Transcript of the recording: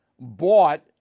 bought